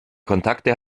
kontakte